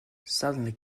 suddenly